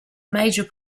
major